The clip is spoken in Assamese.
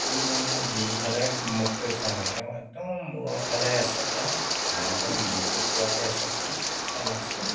ত' মানে যিফালে মুখ কৰি থোৱা হয় তেওঁ একদম মূৰৰ ফালে এচপৰা মাজত বুকুত পৰাকৈ এচপৰা আৰু লাষ্টত